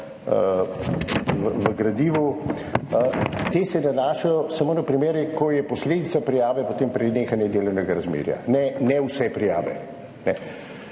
v gradivu, te se nanašajo samo na primere, ko je posledica prijave potem prenehanje delovnega razmerja, ne vse prijave.